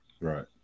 Right